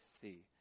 see